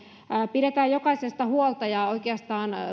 pidetään jokaisesta huolta ja oikeastaan